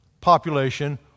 population